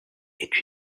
est